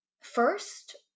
first